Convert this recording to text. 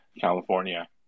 California